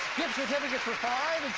certificate for five